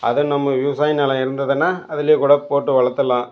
அதுவும் நம்ம விவசாய நிலம் இருந்ததுன்னால் அதிலேயே கூட போட்டு வளர்த்தலாம்